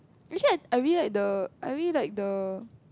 actually I I really like the I really like the